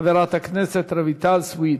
חברת הכנסת רויטל סויד.